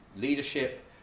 leadership